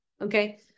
Okay